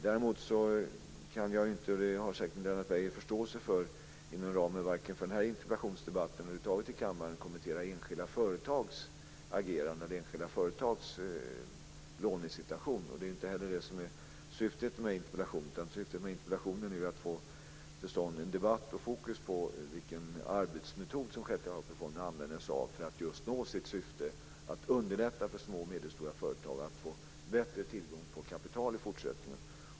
Däremot kan jag inte - och det har säkert Lennart Beijer förståelse för - inom ramen för vare sig denna interpellationsdebatt eller över huvud taget i kammaren kommentera enskilda företags ageranden eller lånesituation. Det är inte heller det som är syftet med interpellationen, utan meningen med den är att få till stånd en debatt om vilken arbetsmetod som Sjätte AP-fonden använder sig av för att nå sitt syfte och sätta den metoden i fokus. Syftet är att underlätta för små och medelstora företag att få bättre tillgång på kapital i fortsättningen.